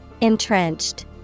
Entrenched